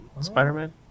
Spider-Man